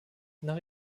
nach